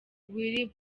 will